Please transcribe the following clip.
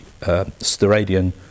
steradian